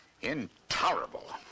Intolerable